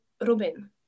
Robin